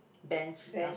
bench ah